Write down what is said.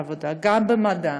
גם במדע,